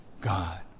God